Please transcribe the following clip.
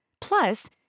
Plus